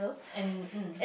and mm